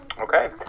Okay